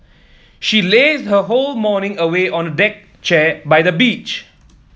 she lazed her whole morning away on a deck chair by the beach